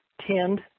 tend